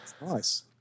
Nice